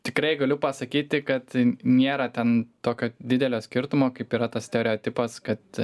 tikrai galiu pasakyti kad nėra ten tokio didelio skirtumo kaip yra tas stereotipas kad